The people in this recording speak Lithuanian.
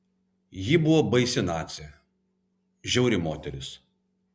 ji buvo baisi nacė žiauri moteris